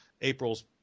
April's